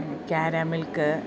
ക്യാരാമിൽക്ക്